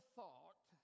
thought